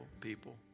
people